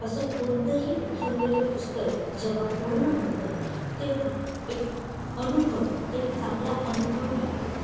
असं कोणतंही ठरवलेलं पुस्तक जेव्हा पूर्ण होतं तेव्हा एक अनुभव एक चांगला अनुभव मिळतो